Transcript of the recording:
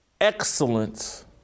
excellence